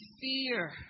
fear